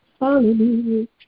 Hallelujah